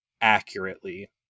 accurately